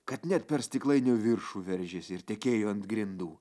kad net per stiklainio viršų veržėsi ir tekėjo ant grindų